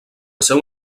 seu